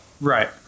right